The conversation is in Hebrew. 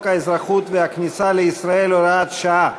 האזרחות והכניסה לישראל (הוראת שעה),